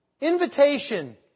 invitation